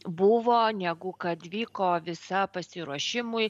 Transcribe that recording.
buvo negu kad vyko visa pasiruošimui